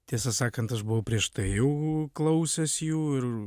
tiesą sakant aš buvau prieš tai jų klausęs jų ir